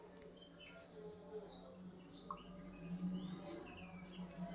ಕೆಲಸಾ ಹಗರ ರೊಕ್ಕಾನು ಕಡಮಿ ಟಾಯಮು ಕಡಮಿ ತುಗೊತತಿ